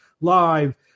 live